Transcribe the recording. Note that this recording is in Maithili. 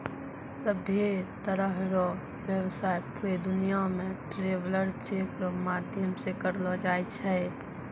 सभ्भे तरह रो व्यवसाय पूरे दुनियां मे ट्रैवलर चेक रो माध्यम से करलो जाय छै